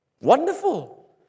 wonderful